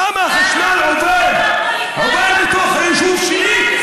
למה אתה לא, למה החשמל עובר בתוך היישוב שלי,